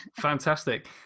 Fantastic